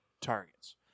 targets